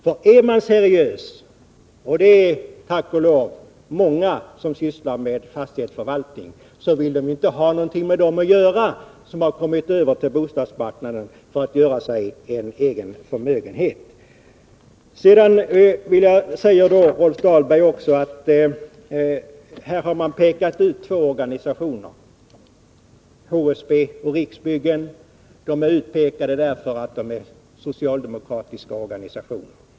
Är man seriös — och det är tack och lov många som sysslar med fastighetsförvaltning — så vill man inte ha någonting med dem att göra som har kommit över till bostadsmarknaden för att göra sig en egen förmögenhet. Sedan säger Rolf Dahlberg att man här har pekat ut två organisationer, HSB och Riksbyggen. De är utpekade därför att de är socialdemokratiska organisationer.